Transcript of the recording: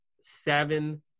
seven